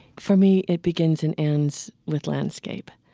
for me it begins and ends with landscape.